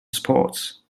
sports